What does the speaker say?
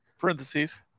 Parentheses